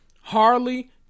Harley